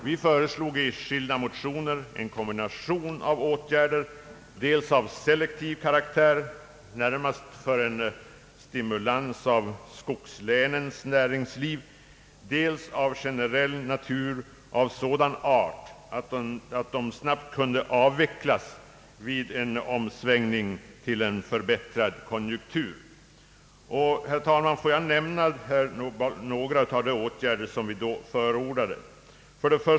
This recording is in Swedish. Vi föreslog i skilda motioner en kombination av åtgärder, dels av selektiv karaktär, närmast för en stimulans av skogslänens näringsliv, dels av generell natur av sådan art att de snabbt kunde avvecklas vid en omsvängning till en förbättrad konjunktur. Herr talman! Låt mig nämna några av de åtgärder som vi då förordade.